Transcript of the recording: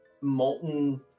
molten